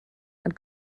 and